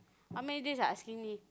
how many days I asking me